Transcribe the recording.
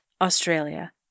Australia